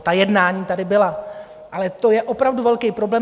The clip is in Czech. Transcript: Ta jednání tady byla, ale to je opravdu velký problém.